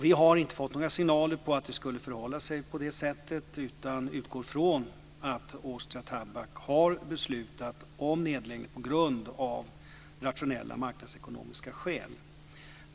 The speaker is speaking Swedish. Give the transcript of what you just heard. Vi har inte fått några signaler om att det skulle förhålla sig på det sättet utan utgår från att Austria Tabak har beslutat om nedläggning av nationella marknadsekonomiska skäl.